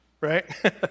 right